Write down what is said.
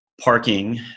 parking